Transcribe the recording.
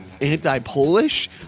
anti-Polish